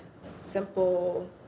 simple